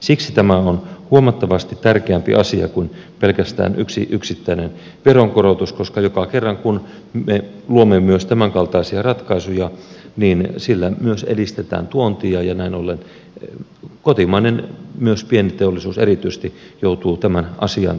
siksi tämä on huomattavasti tärkeämpi asia kuin pelkästään yksi yksittäinen veronkorotus koska joka kerran kun me luomme myös tämänkaltaisia ratkaisuja niin sillä myös edistetään tuontia ja näin ollen kotimainen teollisuus myös pienteollisuus erityisesti joutuu tämän asian tiimoilta vaikeuksiin